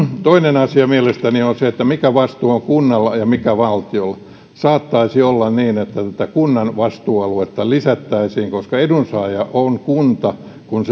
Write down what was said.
toinen asia mielestäni on se mikä vastuu on kunnalla ja mikä valtiolla saattaisi olla niin että tätä kunnan vastuualuetta lisättäisiin koska edunsaaja on kunta kun